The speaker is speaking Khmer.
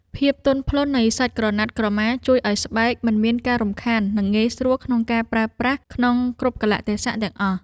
ភាពទន់ភ្លន់នៃសាច់ក្រណាត់ក្រមាជួយឱ្យស្បែកមិនមានការរំខាននិងងាយស្រួលក្នុងការប្រើប្រាស់ក្នុងគ្រប់កាលៈទេសៈទាំងអស់។